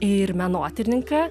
ir menotyrininką